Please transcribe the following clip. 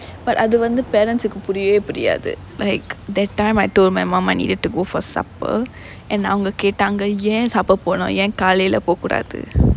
but அது வந்து:athu vanthu parents சுக்கு புரியவே புரியாது:sukku puriyavae puriyaathu like that time I told my mum I needed to go for supper and அவங்க கேட்டாங்க ஏன்:avanga kettaanga yaan supper போனும் ஏன் காலையில போகூடாது:ponum yaen kalaiyila pokoodaathu